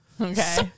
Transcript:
Okay